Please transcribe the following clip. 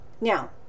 Now